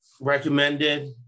recommended